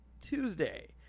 Tuesday